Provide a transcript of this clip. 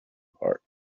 park